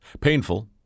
Painful